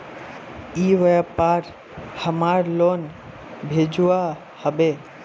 ई व्यापार हमार लोन भेजुआ हभे?